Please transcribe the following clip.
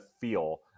feel